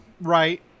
Right